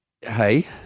Hey